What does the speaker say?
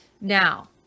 Now